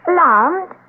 Alarmed